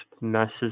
messes